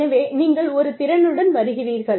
எனவே நீங்கள் ஒரு திறனுடன் வருகிறீர்கள்